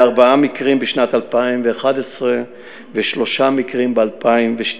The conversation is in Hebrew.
לארבעה מקרים בשנת 2011 ושלושה מקרים ב-2012.